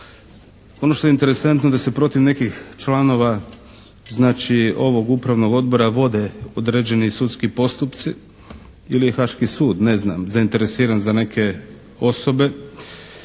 Ono što je interesantno da se protiv nekih članova znači ovog Upravnog odbora vode određeni sudski postupci ili je Haaški sud, ne znam, zainteresiran za neke osobe.